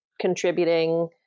contributing